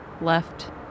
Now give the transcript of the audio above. left